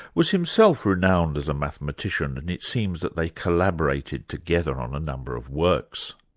was himself renowned as a mathematician and it seems that they collaborated together on a number of works.